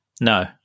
No